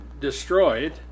destroyed